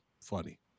funny